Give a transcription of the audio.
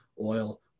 oil